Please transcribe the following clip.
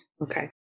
Okay